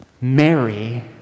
Mary